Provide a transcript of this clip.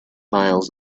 miles